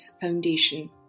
Foundation